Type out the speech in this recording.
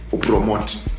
promote